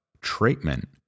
treatment